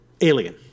alien